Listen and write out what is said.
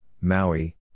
Maui